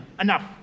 Enough